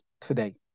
today